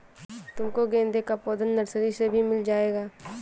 तुमको गेंदे का पौधा नर्सरी से भी मिल जाएगा